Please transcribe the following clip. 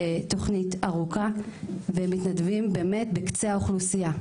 תוכנית ארוכה ומתנדבים בקצה האוכלוסייה,